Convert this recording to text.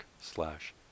slash